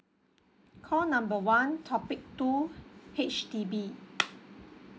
call number one topic two H_D_B